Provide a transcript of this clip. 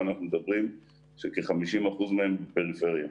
וכ-50% מהן בפריפריה.